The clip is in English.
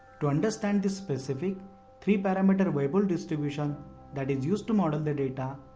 to understand the specific three parameter weibull distribution that is used to model the data,